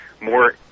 more